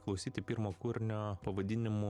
klausyti pirmo kūrinio pavadinimu